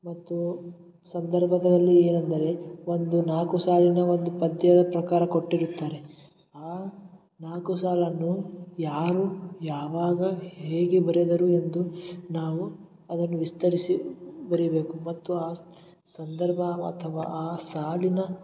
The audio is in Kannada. ಮತ್ತು ಸಂದರ್ಭಗಳಲ್ಲಿ ಏನೆಂದರೆ ಒಂದು ನಾಲ್ಕು ಸಾಲಿನ ಒಂದು ಪದ್ಯದ ಪ್ರಕಾರ ಕೊಟ್ಟಿರುತ್ತಾರೆ ಆ ನಾಲ್ಕು ಸಾಲನ್ನು ಯಾರು ಯಾವಾಗ ಹೇಗೆ ಬರೆದರು ಎಂದು ನಾವು ಅದನ್ನು ವಿಸ್ತರಿಸಿ ಬರಿಬೇಕು ಮತ್ತು ಆ ಸಂದರ್ಭ ಅಥವಾ ಆ ಸಾಲಿನ